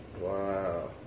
Wow